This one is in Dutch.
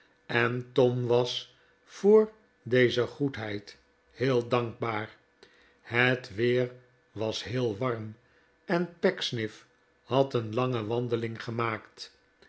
en tom was voor deze goedheid heel dankbaar het weer was heel warm en pecksniff had een lange wandeling gemaakt